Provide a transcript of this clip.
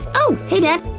oh! hey dad!